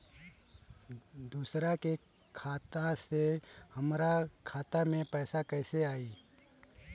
दूसरा के खाता से हमरा खाता में पैसा कैसे आई?